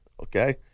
Okay